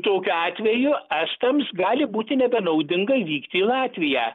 tokiu atveju estams gali būti nebenaudinga vykti į latviją